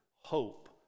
hope